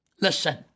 Listen